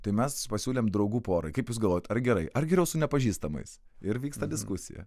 tai mes pasiūlėm draugų porai kaip jūs galvojat ar gerai ar geriau su nepažįstamais ir vyksta diskusija